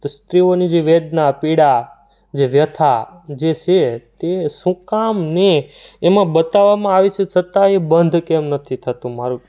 તો સ્ત્રીઓની જે વેદના પીડા જે વ્યથા જે છે તે શું કામની એમાં બતાવામાં આવ્યું છે છતાંય બંધ કેમ નથી થતું મારું